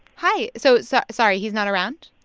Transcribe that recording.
hi. so, so sorry, he's not around?